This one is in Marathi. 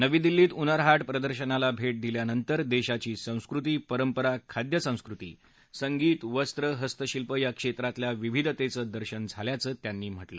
नवी दिल्लीत हूनरहाट प्रदर्शनाला भटीदिल्यानंतर दक्षीची संस्कृती परंपरा खाद्य संस्कृती संगीत वस्त्र हस्तशिल्प या क्षम्रिल्या विविधत दर्शन झाल्याचं त्यांनी म्हटलं